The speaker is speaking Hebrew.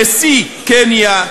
נשיא קניה,